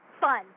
fun